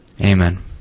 Amen